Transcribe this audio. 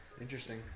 Interesting